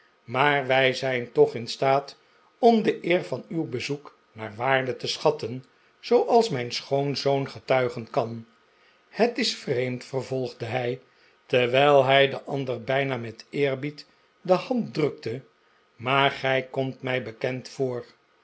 maar wij zijn toch in staat om de eer van uw bezoek naar waarde te schatten zooals mijn'schoonzoon getuigen kan het is vreemd vervolgde hij terwijl hij den ander bijna met eerbied de hand drukte maar gij komt mij bekend voor